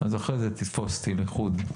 אז אחרי זה תתפוס אותי לבד,